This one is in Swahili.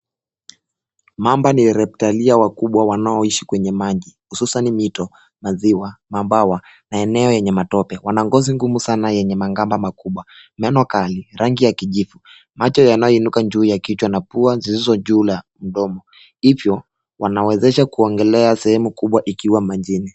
Mamba ni reptalia wakubwa wanaoishi kwenye maji, hususani mito, maziwa, mabwawa, na eneo yenye matope. Wana ngozi ngumu sana yenye magamba makubwa, meno kali, rangi ya kijivu, macho yanayoinuka juu ya kichwa, na pua zilizo juu ya mdomo. Hivyo, wanawezesha kuogelea sehemu kubwa ikiwa majini.